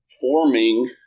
forming